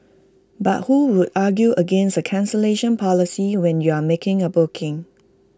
but who would argue against A cancellation policy when you are making A booking